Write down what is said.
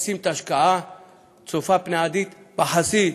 לשים את ההשקעה צופה פני עתיד, בחזית,